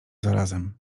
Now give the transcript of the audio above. zarazem